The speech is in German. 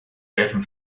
dessen